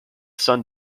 son